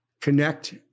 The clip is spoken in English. connect